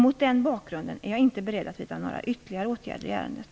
Mot den bakgrunden är jag inte beredd att vidta några ytterligare åtgärder i ärendet.